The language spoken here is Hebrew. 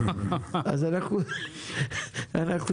הבנת?